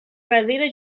traseira